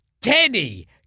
Teddy